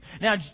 Now